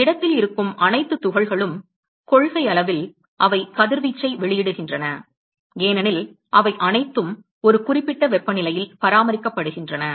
திடத்தில் இருக்கும் அனைத்து துகள்களும் கொள்கையளவில் அவை கதிர்வீச்சை வெளியிடுகின்றன ஏனெனில் அவை அனைத்தும் ஒரு குறிப்பிட்ட வெப்பநிலையில் பராமரிக்கப்படுகின்றன